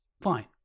fine